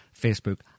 Facebook